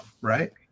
right